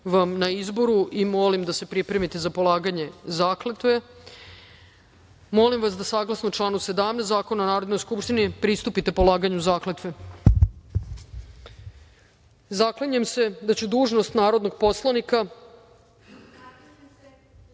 vam na izboru i molim da se pripremite za polaganja zakletve. Molim vas da, saglasno članu 17. Zakona o Narodnoj skupštini, pristupite polaganju zakletve.(Predsednik čita tekst zakletve, a narodni poslanik